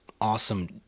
awesome